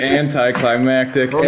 anticlimactic